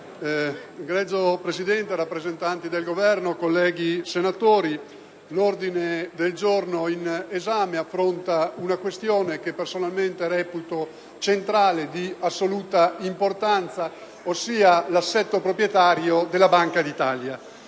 Signor Presidente, rappresentanti del Governo, colleghi senatori, l'ordine del giorno G2.144 affronta una questione che personalmente reputo centrale e di assoluta importanza, ossia l'assetto proprietario della Banca d'Italia.